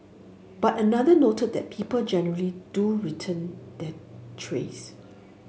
but another noted that people generally do return their trays